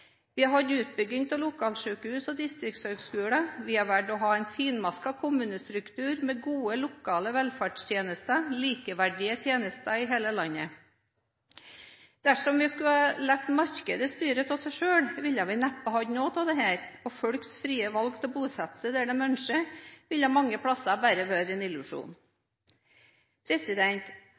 Vi har hatt utbygging av lokalsykehus og distriktshøyskoler, og vi har valgt å ha en finmasket kommunestruktur med gode lokale velferdstjenester, likeverdige tjenester i hele landet. Dersom vi skulle ha latt markedet styre alene, ville vi neppe hatt noe av dette, og folks frie valg til å bosette seg der de ønsker, ville mange steder bare vært en illusjon.